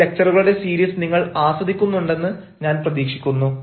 ഈ ലക്ച്ചറുകളുടെ സീരീസ് നിങ്ങൾ ആസ്വദിക്കുന്നുണ്ടെന്ന് ഞാൻ പ്രതീക്ഷിക്കുന്നു